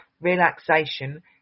relaxation